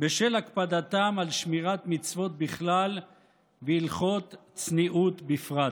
בשל הקפדתם על שמירת מצוות בכלל והלכות צניעות בפרט.